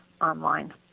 online